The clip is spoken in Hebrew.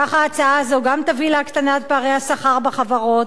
ככה ההצעה הזאת גם תביא להקטנת פערי השכר בחברות,